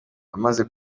amaze